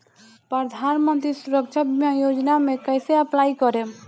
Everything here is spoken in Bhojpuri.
प्रधानमंत्री सुरक्षा बीमा योजना मे कैसे अप्लाई करेम?